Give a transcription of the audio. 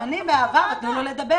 גם אני, באהבה, אבל תנו לו לדבר.